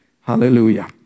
Hallelujah